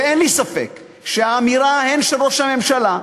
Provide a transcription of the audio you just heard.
אין לי ספק שהאמירה הן של ראש הממשלה,